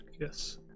yes